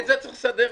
את זה צריך לסדר.